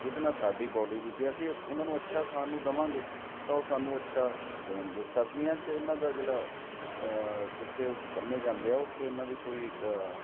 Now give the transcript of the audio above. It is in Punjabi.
ਜਿਹਦੇ ਨਾਲ ਸਾਡੀ ਬੋਡੀ ਵੀ ਜੇ ਅਸੀਂ ਉਹਨਾਂ ਨੂੰ ਅੱਛਾ ਖਾਣ ਨੂੰ ਦੇਵਾਂਗੇ ਤਾਂ ਸਾਨੂੰ ਅੱਛਾ ਦੇਣਗੇ ਸਰਦੀਆਂ 'ਚ ਇਹਨਾਂ ਦਾ ਜਿਹੜਾ ਜਿੱਥੇ ਬੰਨੇ ਜਾਂਦੇ ਆ ਉੱਥੇ ਇਹਨਾਂ ਦੀ ਕੋਈ